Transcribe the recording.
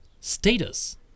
status